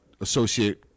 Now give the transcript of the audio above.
associate